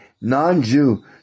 non-Jew